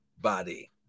body